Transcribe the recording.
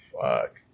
fuck